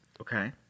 Okay